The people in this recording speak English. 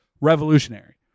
revolutionary